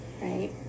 right